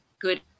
good